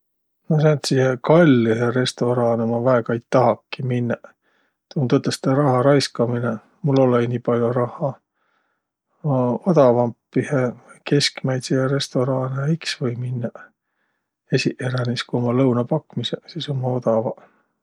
No sääntsihe kallihe restoraanõ ma väega ei tahaki minnäq. Tuu um tõtõstõ raharaiskaminõ. Mul olõ-õi nii pall'o rahha. A odavampihe, keskmäidsihe restoraanõhe iks või minnäq. Esiqeränis, ku ummaq lõunõpakmisõq, sis ummaq odavaq.